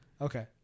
Okay